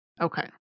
Okay